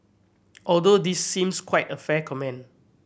although this seems quite a fair comment